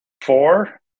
Four